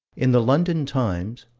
in the london times,